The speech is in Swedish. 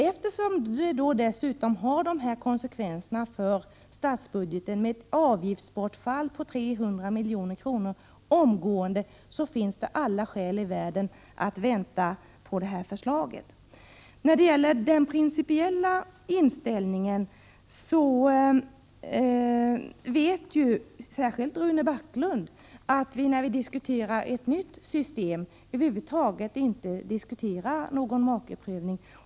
Eftersom ett avskaffande dessutom då omgående får konsekvenser för statsbudgeten genom ett avgiftsbortfall på 300 milj.kr., finns det all anledning att vänta på förslaget. Vad beträffar den principiella inställningen vet Rune Backlund att vi när vi diskuterar ett nytt system över huvud taget inte överväger någon äktamakeprövning.